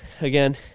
again